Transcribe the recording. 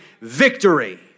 victory